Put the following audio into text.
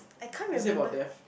is it about death